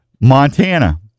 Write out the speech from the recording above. Montana